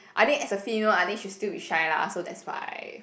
I think as a female I think she'll still be shy lah so that's why